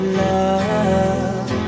love